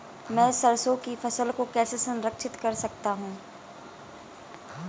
मैं सरसों की फसल को कैसे संरक्षित कर सकता हूँ?